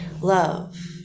love